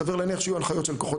סביר להניח שיהיו הנחיות של כוחות